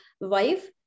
wife